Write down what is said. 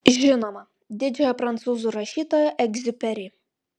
žinoma didžiojo prancūzų rašytojo egziuperi